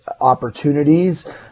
opportunities